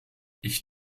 ich